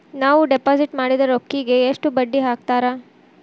ನಾವು ಡಿಪಾಸಿಟ್ ಮಾಡಿದ ರೊಕ್ಕಿಗೆ ಎಷ್ಟು ಬಡ್ಡಿ ಹಾಕ್ತಾರಾ?